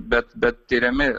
bet bet tiriami